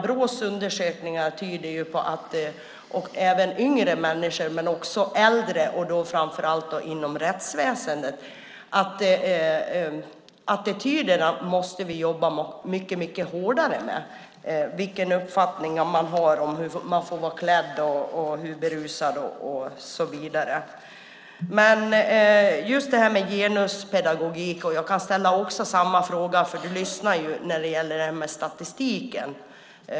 Brås undersökningar visar på yngre människor men också äldre, framför allt inom rättsväsendet. Vi måste jobba mycket hårdare med attityderna när det gäller hur man får vara klädd, hur berusad och så vidare. Jag kan ställa samma fråga, för du lyssnar ju, när det gäller statistiken.